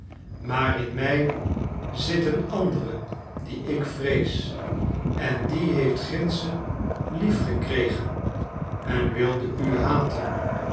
maar in mij zit een andere die ik vrees en die heeft gindschen liefgekregen en wilde u haten